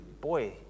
Boy